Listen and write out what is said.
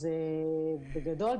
בגדול,